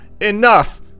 ENOUGH